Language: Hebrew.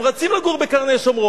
הם רוצים לגור בקרני-שומרון,